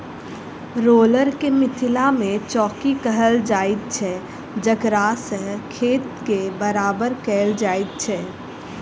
roller के मिथिला मे चौकी कहल जाइत छै जकरासँ खेत के बराबर कयल जाइत छै